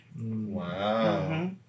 Wow